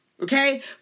Okay